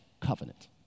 covenant